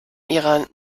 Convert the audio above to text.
ihrer